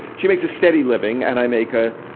she makes a steady living. and i make a,